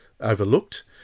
overlooked